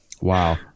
Wow